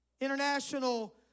International